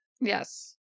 yes